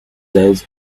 days